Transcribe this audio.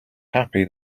happy